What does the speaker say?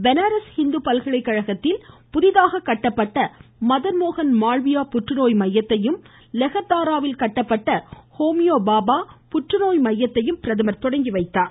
பனாரஸ் ஹிந்து பல்கலைக்கழகத்தில் புதிதாக கட்டப்பட்டுள்ள மதன் மோகன் மாள்வியா புற்றுநோய் மையத்தையும் லெகர்தாராவில் கட்டப்பட்டுள்ள ஹோமிபாபா புற்றுநோய் மையத்தையும் பிரதமர் தொடங்கி வைத்தார்